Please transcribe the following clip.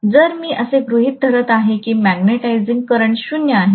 जर मी असे गृहीत धरत आहे की मॅग्नेटिझिंग करंट ० आहे